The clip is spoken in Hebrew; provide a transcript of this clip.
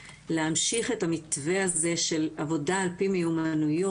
להמשיך את המתווה הזה של עבודה על פי מיומנויות,